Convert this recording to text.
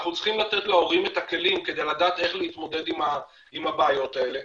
אנחנו צריכים לתת להורים את הכלים כדי לדעת איך להתמודד עם הבעיות האלה.